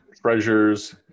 treasures